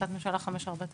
החלטת ממשלה 549,